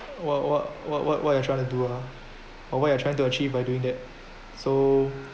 what what what what what you are trying to do ah or what you are trying to achieve by doing that so